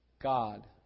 God